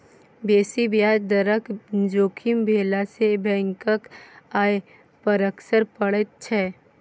बेसी ब्याज दरक जोखिम भेलासँ बैंकक आय पर असर पड़ैत छै